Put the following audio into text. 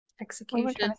execution